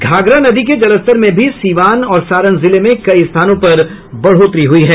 घाघरा नदी के जलस्तर में भी सीवान और सारण जिले में कई स्थानों पर बढ़ोतरी हुई है